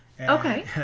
Okay